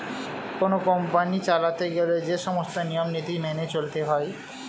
কোন কোম্পানি চালাতে গেলে যে সমস্ত নিয়ম নীতি মেনে চলতে হয়